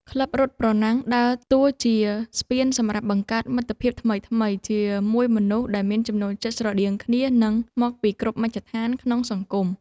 ក្លឹបរត់ប្រណាំងដើរតួជាស្ពានសម្រាប់បង្កើតមិត្តភាពថ្មីៗ ជាមួយមនុស្សដែលមានចំណូលចិត្តស្រដៀងគ្នា និងមកពីគ្រប់មជ្ឈដ្ឋានក្នុងសង្គម។